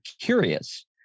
curious